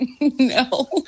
No